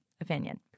opinion